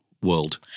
World